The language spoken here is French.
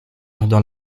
dans